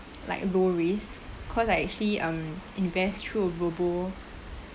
like low risk cause I actually um invest through robo